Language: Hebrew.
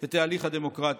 את ההליך הדמוקרטי".